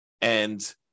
And-